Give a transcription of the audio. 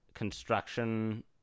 construction